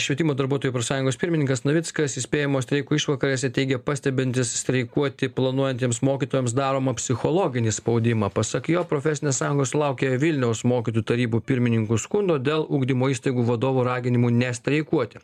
švietimo darbuotojų profsąjungos pirmininkas navickas įspėjamojo streiko išvakarėse teigė pastebintis streikuoti planuojantiems mokytojams daromą psichologinį spaudimą pasak jo profesinės sąjungos laukia vilniaus mokytojų tarybų pirmininkų skundo dėl ugdymo įstaigų vadovų raginimų nestreikuoti